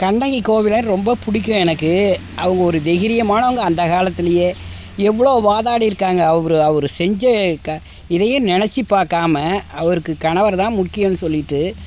கண்ணகி கோவிலன் ரொம்ப பிடிக்கும் எனக்கு அவங்க ஒரு தைரியமானவுங்க அந்த காலத்துலயே எவ்வளோ வாதாடி இருக்காங்க அவர் அவரு செஞ்ச க இதையே நெனச்சு பார்க்காம அவருக்கு கணவருதான் முக்கியம் சொல்லிட்டு